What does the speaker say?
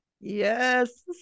Yes